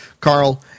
Carl